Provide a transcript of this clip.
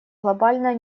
глобальное